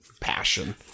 passion